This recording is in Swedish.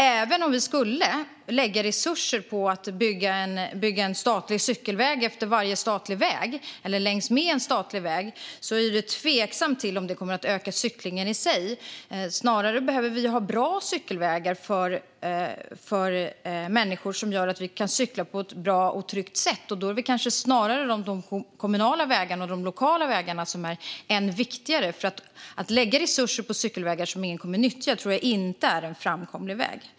Även om vi skulle lägga resurser på att bygga en statlig cykelväg längs med varje statlig väg är jag tveksam till att det i sig skulle öka cyklingen. Vi behöver snarare ha bra cykelvägar som gör att människor kan cykla på ett bra och tryggt sätt. Då är kanske de kommunala och lokala vägarna viktigare. Att lägga resurser på cykelvägar som ingen kommer att nyttja är inte en framkomlig väg.